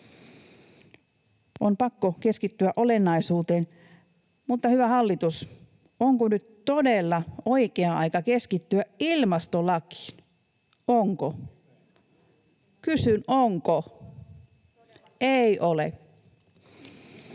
On pakko keskittyä olennaisuuteen, mutta, hyvä hallitus, onko nyt todella oikea aika keskittyä ilmastolakiin? Onko? Kysyn: onko? Ei ole.